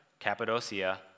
Cappadocia